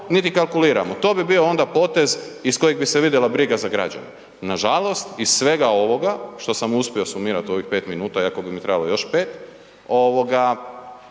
niti kalkuliramo. To bi onda bio potez iz kojega bi se vidjela briga za građane. Nažalost iz svega ovoga što sam uspio sumirati u ovih 5 minuta iako bi mi trebalo još 5 ovoga